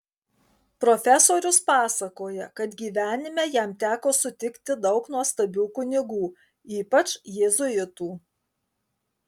profesorius pasakoja kad gyvenime jam teko sutikti daug nuostabių kunigų ypač jėzuitų